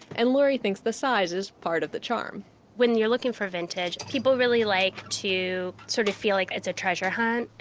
and lurie thinks the size is part of the charm when you're looking for vintage, people really like to sort of feel like it's a treasure hunt,